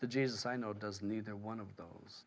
the jesus i know does neither one of those